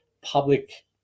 public